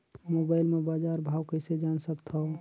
Mobile म बजार भाव कइसे जान सकथव?